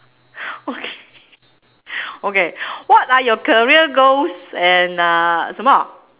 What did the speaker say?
okay okay what are your career goals and uh 什么